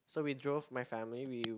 so we drove my family we